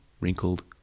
wrinkled